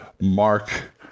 Mark